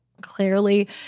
clearly